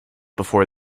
before